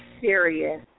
serious